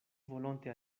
volonte